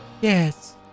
Yes